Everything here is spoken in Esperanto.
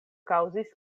kaŭzis